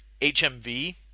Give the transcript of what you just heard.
HMV